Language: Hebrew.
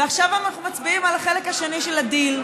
ועכשיו אנחנו מצביעים על החלק השני של הדיל.